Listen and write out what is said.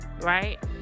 right